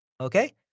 Okay